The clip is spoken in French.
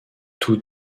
tous